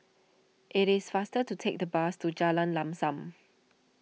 it is faster to take the bus to Jalan Lam Sam